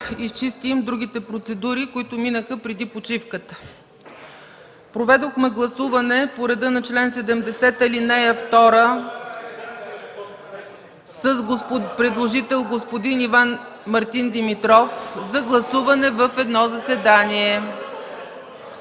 изчистим процедурите, които минаха преди почивката. Проведохме гласуване по реда на чл. 70, ал. 2 с предложител господин Мартин Димитров за гласуване в едно заседание.